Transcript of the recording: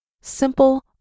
Simple